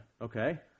Okay